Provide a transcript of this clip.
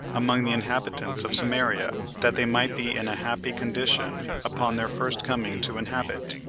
among the inhabitants of samaria, that they might be in a happy condition, upon their first coming to inhabit.